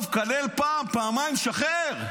טוב, קלל פעם, פעמיים, שחרר.